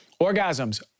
Orgasms